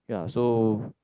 ya so